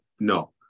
no